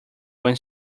when